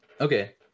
Okay